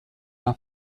una